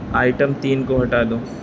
item تین کو ہٹا دو